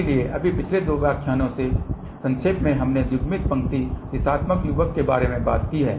इसलिए अभी पिछले दो व्याख्यानों में संक्षेप में हमने युग्मित पंक्ति दिशात्मक युग्मक के बारे में बात की है